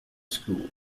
school